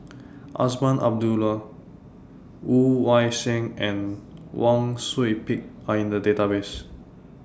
Azman Abdullah Woon Wah Siang and Wang Sui Pick Are in The Database